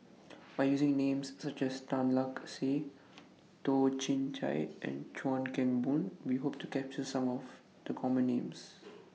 By using Names such as Tan Lark Sye Toh Chin Chye and Chuan Keng Boon We Hope to capture Some of The Common Names